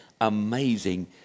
amazing